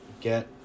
get